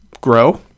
grow